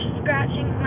scratching